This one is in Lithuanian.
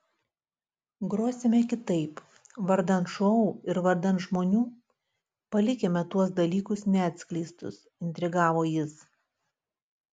grosime kitaip vardan šou ir vardan žmonių palikime tuos dalykus neatskleistus intrigavo jis